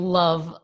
love